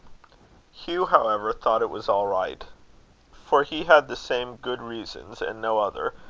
hugh, however, thought it was all right for he had the same good reasons, and no other,